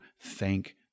thank